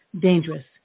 dangerous